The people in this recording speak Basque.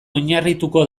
oinarrituko